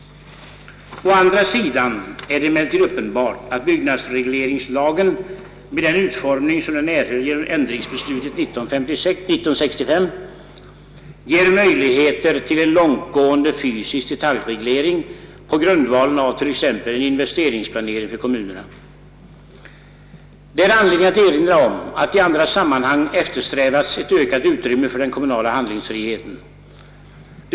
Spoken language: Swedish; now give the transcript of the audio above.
Å andra sidan är det emellertid uppenbart, att byggnadsregleringslagen med den utformning, som den erhöll genom ändringsbeslutet 1965, ger möjligheter till en långtgående fysisk detaljreglering på grundvalen av t.ex. en investeringsplanering för kommunerna. Det är anledning att erinra om att i andra sammanhang eftersträvats ett ökat utrymme för den kommunala handlingsfriheten.